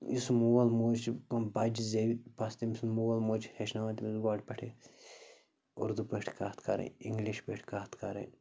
یُس مول موج چھُ بچہِ زٮ۪وِ بَس تٔمۍ سُنٛد مول موج ہیٚچھناوان تٔمس گۄڈٕ پٮ۪ٹھے اُردو پٲٹھۍ کَتھ کَرٕنۍ اِنگلِش پٲٹھۍ کَتھ کَرٕنۍ